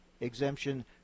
exemption